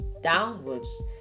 downwards